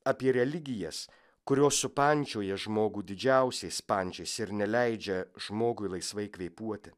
apie religijas kurios supančioja žmogų didžiausiais pančiais ir neleidžia žmogui laisvai kvėpuoti